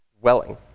dwelling